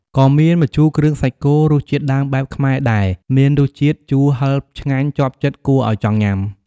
ក៏មាន ម្ជូរគ្រឿងសាច់គោ រសជាតិដើមបែបខ្មែរដែលមានរសជាតិជូរហឹរឆ្ងាញ់ជាប់ចិត្តគួរឲ្យចង់ញ៉ាំ។